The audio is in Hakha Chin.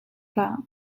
hlah